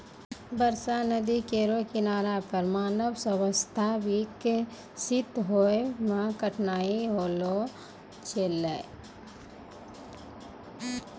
बरसा नदी केरो किनारा पर मानव सभ्यता बिकसित होय म कठिनाई होलो छलै